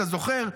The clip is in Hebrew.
אתה זוכר?